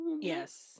yes